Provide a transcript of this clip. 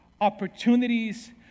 opportunities